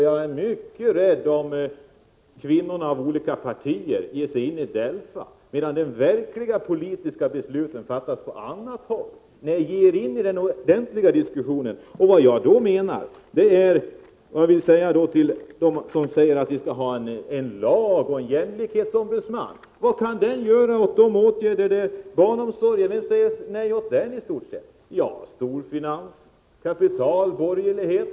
Jag är mycket orolig för resultatet om kvinnorna från olika partier ger sig in i DELFA, medan de verkliga politiska besluten fattas på annat håll. Nej, ge er in i den verkliga diskussionen! Till dem som drivit frågan om jämställdhetslag och jämställdhetsombudsman vill jag säga: Vad kan en jämställdhetsombudsman göra åt de verkliga problemen? Vem är det som säger nej till utbyggnad av barnomsorg? Storfinans, kapital, borgerlighet!